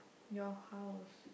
your house